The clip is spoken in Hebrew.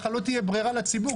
ככה לא תהיה ברירה לציבור.